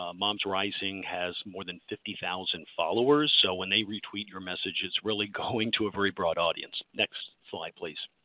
ah momsrising has more than fifty thousand followers, so when they retweet your message it is really going to a very broad audience. next slide please.